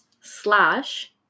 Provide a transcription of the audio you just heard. slash